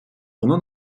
воно